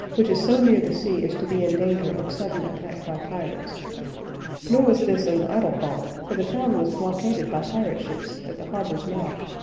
which is so near the sea as to be in danger of sudden attack by pirates nor was this an idle thought, for the town was blockaded by pirate ships at the harbor's mouth,